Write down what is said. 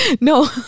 no